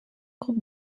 groupe